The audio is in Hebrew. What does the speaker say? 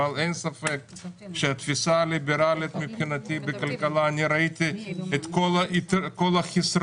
אבל אין ספק שהתפיסה הליברלית מבחינתי בכלכלה אני ראיתי את כל החסרונות